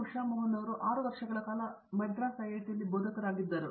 ಉಷಾ ಮೋಹನ್ ಇಲ್ಲಿ 6 ವರ್ಷಗಳ ಕಾಲ ಮದ್ರಾಸ್ ಐಐಟಿಯಲ್ಲಿ ಬೋಧಕರಾಗಿದ್ದರು